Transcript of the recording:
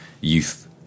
youth